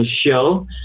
show